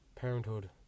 parenthood